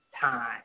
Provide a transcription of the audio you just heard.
time